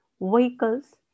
vehicles